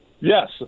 Yes